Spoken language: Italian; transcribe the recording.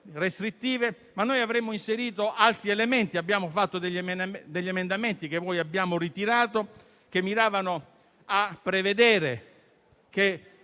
restrittive, ma avremmo inserito altri elementi. Avevamo proposto emendamenti, che poi abbiamo ritirato, che miravano a prevedere che